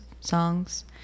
songs